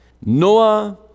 Noah